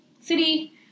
city